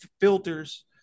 filters